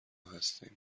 هستین